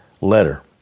letter